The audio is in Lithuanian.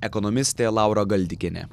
ekonomistė laura galdikienė